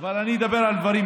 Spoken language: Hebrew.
אבל אני אדבר על דברים.